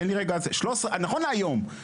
נכון להיום,